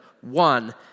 one